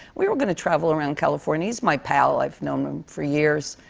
we were gonna travel around california. he's my pal. i've known him for years,